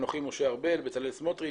אנוכי, משה ארבל, בצלאל סמוטריץ',